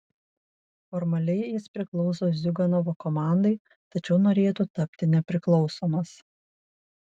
formaliai jis priklauso ziuganovo komandai tačiau norėtų tapti nepriklausomas